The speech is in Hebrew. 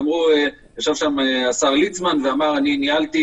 ישב שם השר ליצמן ואמר: אני ניהלתי